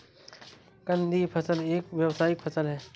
कंदीय फसल एक व्यावसायिक फसल है